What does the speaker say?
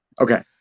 Okay